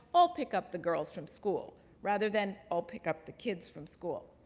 i'll pick up the girls from school rather than, i'll pick up the kids from school.